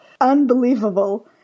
unbelievable